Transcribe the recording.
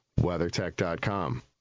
WeatherTech.com